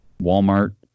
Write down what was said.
Walmart